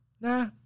nah